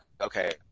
okay